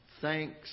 Thanks